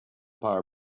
power